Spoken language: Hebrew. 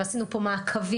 ועשינו פה מעקבים.